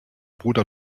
bruder